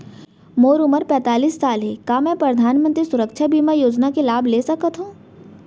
मोर उमर पैंतालीस साल हे का मैं परधानमंतरी सुरक्षा बीमा योजना के लाभ ले सकथव?